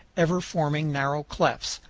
ever forming narrow clefts,